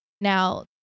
Now